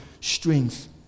strength